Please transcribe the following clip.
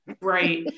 Right